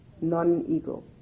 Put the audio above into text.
non-ego